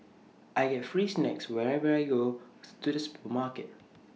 I get free snacks whenever I go to the supermarket